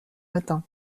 matin